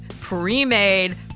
pre-made